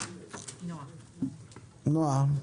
נעה,